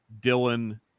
Dylan